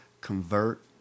convert